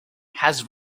has